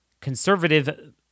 Conservative